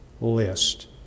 list